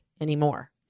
anymore